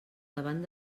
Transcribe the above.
davant